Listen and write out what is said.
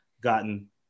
gotten